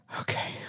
Okay